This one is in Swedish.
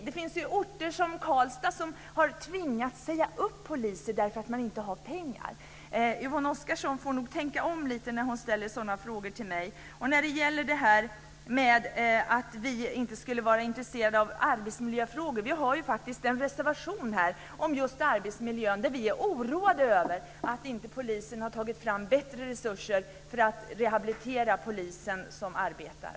Det finns orter som Karlstad, som har tvingats säga upp poliser därför att man inte har pengar. Yvonne Oscarsson får nog tänka om lite när hon ställer sådana frågor till mig. När det gäller påståendet att vi inte skulle vara intresserade av arbetsmiljöfrågor vill jag peka på att vi faktiskt har en reservation om just arbetsmiljön. Vi är oroade över att polisen inte har tagit fram bättre resurser för att rehabilitera de poliser som arbetar.